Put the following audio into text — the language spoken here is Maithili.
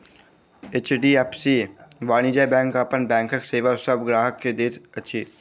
एच.डी.एफ.सी वाणिज्य बैंक अपन बैंकक सेवा सभ ग्राहक के दैत अछि